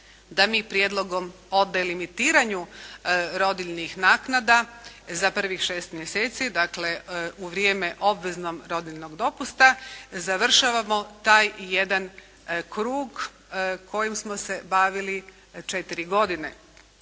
da mi prijedlogom o delimitiranju rodiljnih naknada za prvih šest mjeseci, dakle u vrijeme obveznog rodiljnog dopusta završavamo taj jedan krug kojim smo se bavili četiri godine.